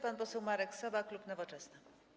Pan poseł Marek Sowa, klub Nowoczesna.